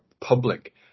public